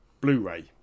Blu-ray